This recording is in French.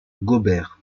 gobert